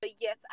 yes